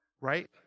right